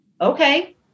Okay